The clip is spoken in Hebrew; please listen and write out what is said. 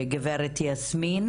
גברת יסמין